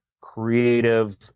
creative